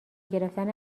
گرفتن